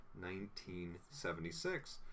1976